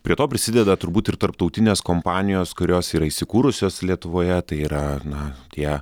prie to prisideda turbūt ir tarptautinės kompanijos kurios yra įsikūrusios lietuvoje tai yra na tie